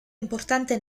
importante